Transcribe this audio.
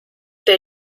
der